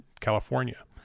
California